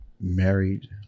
married